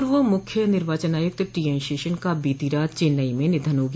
पूर्व मुख्य निर्वाचन आयुक्त टी एन शेषन का बीती रात चेन्नई में निधन हो गया